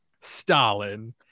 Stalin